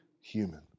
human